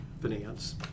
finance